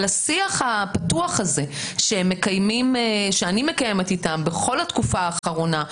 השיח הפתוח הזה שאני מקיימת איתם בכל התקופה האחרונה,